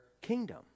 kingdom